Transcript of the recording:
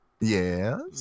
yes